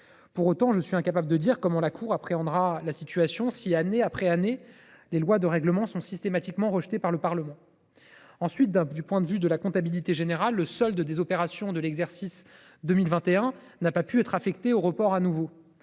Pour autant, je suis incapable de dire comment la Cour des comptes appréhendera la situation si, année après année, les lois de règlement sont systématiquement rejetées. Par ailleurs, du point de vue de la comptabilité générale, le solde des opérations de l’exercice 2021 n’a pas pu être affecté au report.